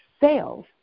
sales